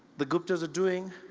the gupta's are doing